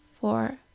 four